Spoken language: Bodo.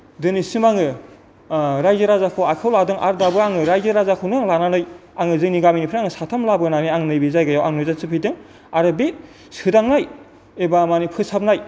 दिनैसिम आङो रायजो राजाखौ आखायाव लादों आरो दाबो आङो रायजो राजाखौनो आङो लानानै आङो जोंनि गामिनिफ्राय आङो साथाम लाबोनानै आं नैबे जायगायाव आङो जास्ट सफैदों आरो बे सोदांनाय एबा माने फोसाबनाय